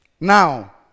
Now